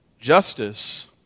Justice